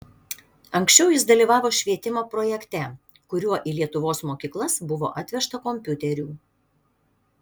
anksčiau jis dalyvavo švietimo projekte kuriuo į lietuvos mokyklas buvo atvežta kompiuterių